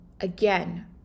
Again